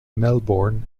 melbourne